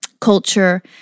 culture